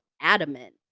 adamant